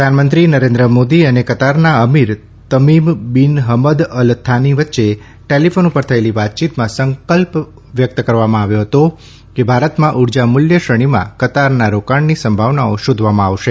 પ્રધાનમંત્રી નરેન્દ્ર મોદી અને કતારના અમીર તમીમ બિન હમદ અલ પાની વચ્ચે ટેલીફોન ઉપર થયેી વાતયીતમાં સંકલ્પ વ્યકત કરવામાં આવ્યો કે ભારતમાં ઉર્જા મુલ્ય શ્રેણીમાં કતારના રોકાણની સંભાવનાઓ શોધવામાં આવશે